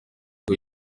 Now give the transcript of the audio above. ngo